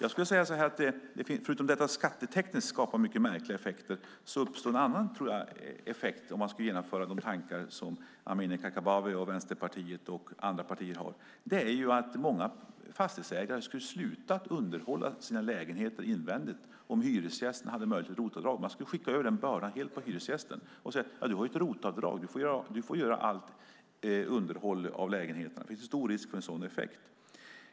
Förutom att detta skattetekniskt skapar mycket märkliga effekter uppstår en annan effekt om man skulle genomföra de tankar som Amineh Kakabaveh, Vänsterpartiet och andra partier har, nämligen att många fastighetsägare skulle sluta underhålla sina lägenheter invändigt om hyresgästerna hade möjlighet till ROT-avdrag. Man skulle skicka över den bördan helt på hyresgästen. Det finns en stor risk för en sådan effekt.